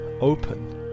open